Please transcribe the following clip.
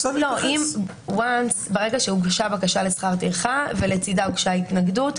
ברגע שהוגשה בקשה לשכר טרחה ולצדה הוגשה התנגדות,